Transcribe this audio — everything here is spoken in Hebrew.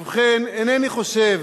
ובכן, איני חושב